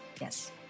Yes